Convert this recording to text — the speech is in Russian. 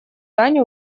дань